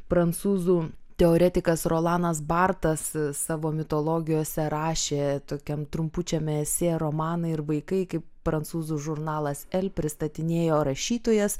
prancūzų teoretikas rolanas bartas savo mitologijose rašė tokiam trumpučiame esė romaną ir vaikai kaip prancūzų žurnalas el pristatinėjo rašytojas